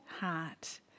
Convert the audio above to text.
heart